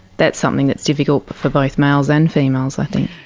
that's something that's difficult for both males and females, i think.